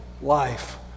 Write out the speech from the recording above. life